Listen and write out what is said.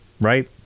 right